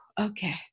okay